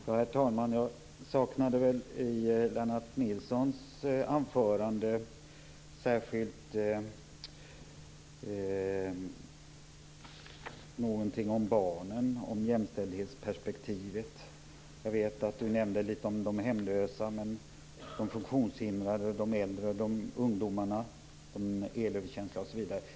Herr talman! Jag saknade i Lennart Nilssons anförande särskilt någonting om barnen och om jämställdhetsperspektivet. Han nämnde litet om de hemlösa men inte de funktionshindrade, de äldre, ungdomarna, de elöverkänsliga osv.